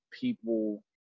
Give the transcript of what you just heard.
people